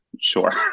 sure